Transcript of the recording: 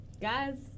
Guys